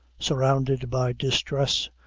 surrounded by distress,